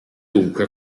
dunque